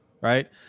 right